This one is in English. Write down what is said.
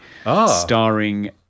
starring